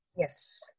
Yes